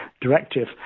directive